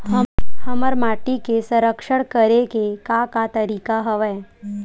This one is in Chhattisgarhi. हमर माटी के संरक्षण करेके का का तरीका हवय?